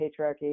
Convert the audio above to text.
patriarchy